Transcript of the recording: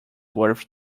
worth